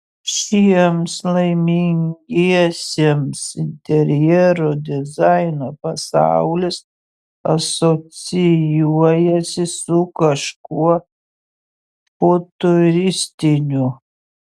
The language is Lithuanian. šiems laimingiesiems interjero dizaino pasaulis asocijuojasi su kažkuo futuristiniu